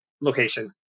location